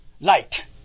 light